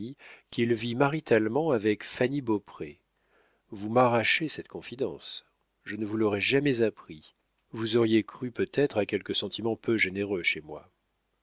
qu'il vit maritalement avec fanny beaupré vous m'arrachez cette confidence je ne vous l'aurais jamais appris vous auriez cru peut-être à quelque sentiment peu généreux chez moi